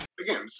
Again